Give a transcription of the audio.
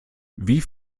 wie